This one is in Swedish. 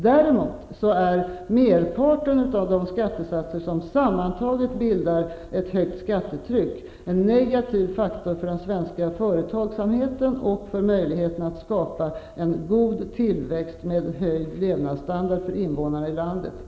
Däremot är merparten av de skattesatser som sammantaget bildar ett högt skattetryck en negativ faktor för den svenska företagsamheten och för möjligheterna att skapa en god tillväxt med höjd levnadsstandard för medborgarna i landet.